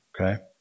okay